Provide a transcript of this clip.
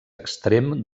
extrem